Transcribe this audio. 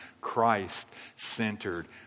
christ-centered